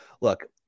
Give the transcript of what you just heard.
Look